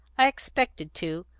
i expected to.